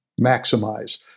maximize